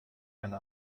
eine